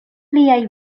liaj